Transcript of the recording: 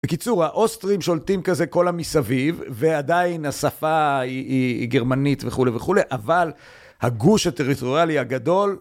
בקיצור, האוסטרים שולטים כזה כל המסביב ועדיין השפה היא.. היא גרמנית וכולי וכולי, אבל הגוש הטריטוריאלי הגדול...